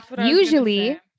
usually